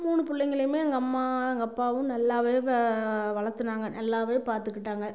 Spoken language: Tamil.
மூணு பிள்ளைங்களையுமே எங்கள் அம்மா எங்கள் அப்பாவும் நல்லாவே வ வளர்த்துனாங்க நல்லாவே பார்த்துக்கிட்டாங்க